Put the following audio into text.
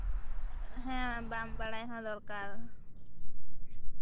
ᱦᱮᱸ ᱵᱟᱝ ᱵᱟᱲᱟᱭ ᱦᱚᱸ ᱫᱚᱨᱠᱟᱨ